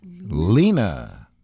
Lena